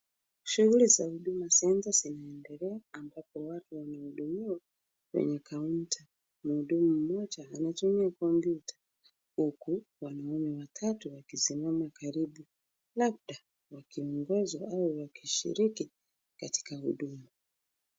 Shughuli za Huduma Center[cs ]zinaendelea ambapo watu wanahudumiwa kwenye kaunta . Mhudumu mmoja anatumia kompyuta huku wanaume watatu wakisimama karibu. Labda wakiongozwa au kushiriki katika huduma.